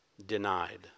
denied